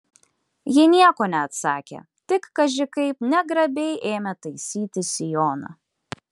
ji nieko neatsakė tik kaži kaip negrabiai ėmė taisytis sijoną